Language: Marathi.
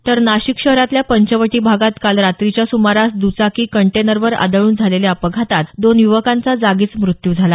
तर नाशिक शहरातल्या पंचवटी भागात काल रात्रीच्या सुमारास दुचाकी कंटेनखर आदळून झालेल्या अपघातात दोन युवकांचा जागीच मृत्यू झाला